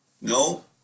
No